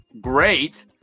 great